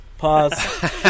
Pause